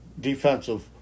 defensive